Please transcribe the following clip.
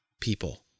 people